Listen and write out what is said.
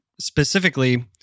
specifically